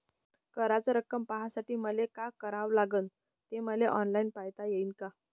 कराच रक्कम पाहासाठी मले का करावं लागन, ते मले ऑनलाईन पायता येईन का?